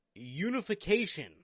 Unification